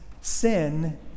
sin